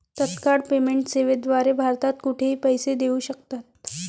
तत्काळ पेमेंट सेवेद्वारे भारतात कुठेही पैसे देऊ शकतात